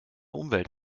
umwelt